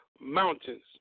mountains